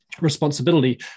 responsibility